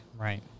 Right